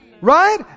Right